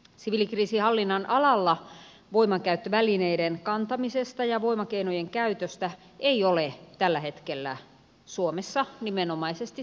siviilikriisinhallinnan alalla voimankäyttövälineiden kantamisesta ja voimakeinojen käytöstä ei ole tällä hetkellä suomessa nimenomaisesti säädetty